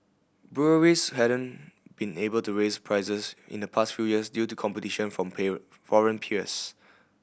Breweries hadn't been able to raise prices in the past few years due to competition from foreign peers